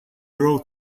road